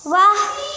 ವಾಹ್